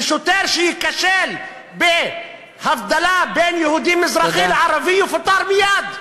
ושוטר שייכשל בהבדלה בין יהודי מזרחי לערבי יפוטר מייד.